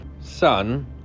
Son